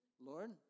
Lord